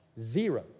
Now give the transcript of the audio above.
Zero